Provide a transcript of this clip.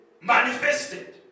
manifested